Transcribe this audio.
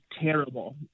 terrible